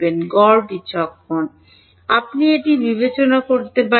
ছাত্র গড় বিচক্ষণ আপনি এটি বিবেচনা করতে পারে